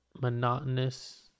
Monotonous